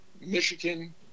Michigan